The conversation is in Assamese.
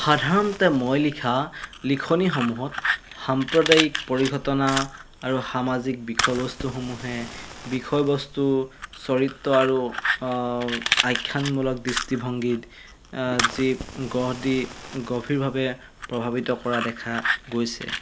সাধাৰণতে মই লিখা লিখনিসমূহত সাম্প্ৰদায়িক পৰিঘটনা আৰু সামাজিক বিষয়বস্তুসমূহে বিষয়বস্তু চৰিত্ৰ আৰু আখ্যানমূলক দৃষ্টিভংগীত যি গঢ় দি গভীৰভাৱে প্ৰভাৱিত কৰা দেখা গৈছে